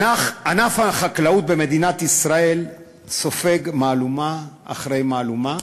ענף החקלאות במדינת ישראל סופג מהלומה אחרי מהלומה,